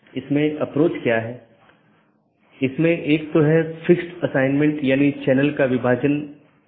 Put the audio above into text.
और यदि हम AS प्रकारों को देखते हैं तो BGP मुख्य रूप से ऑटॉनमस सिस्टमों के 3 प्रकारों को परिभाषित करता है